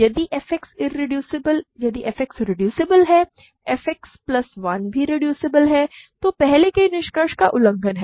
यदि f X reducible है f X plus 1 भी रिड्यूसिबल है तो पहले के निष्कर्ष का उल्लंघन करता है